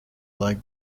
lag